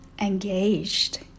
engaged